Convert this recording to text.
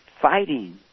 fighting